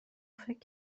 فکر